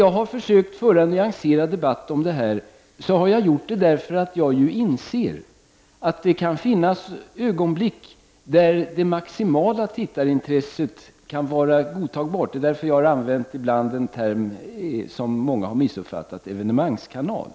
Jag har försökt föra en nyanserad debatt om detta, och det har jag gjort därför att jag inser att det kan finnas ögonblick då det maximala tittarintresset kan vara godtagbart — det är därför som jag ibland har använt den term som många har missuppfattat, dvs. evenemangskanal.